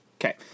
Okay